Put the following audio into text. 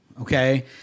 Okay